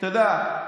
אתה יודע,